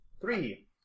Three